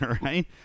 right